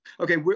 Okay